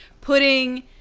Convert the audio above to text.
putting